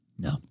no